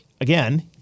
again